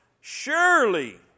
surely